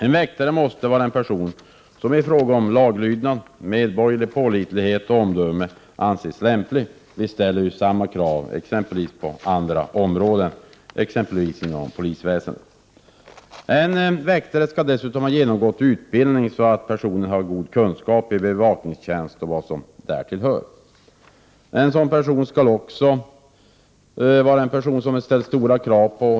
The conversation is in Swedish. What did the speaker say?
En väktare måste vara en person som i fråga om laglydnad, medborgerlig pålitlighet och omdöme anses lämplig. Vi ställer samma krav på andra områden, exempelvis inom polisväsendet. En väktare skall dessutom ha genomgått utbildning, så att personen har god kunskap i bevakningstjänst och vad som därtill hör. En väktare är således en person som det ställs stora krav på.